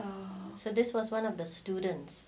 so this was one of the students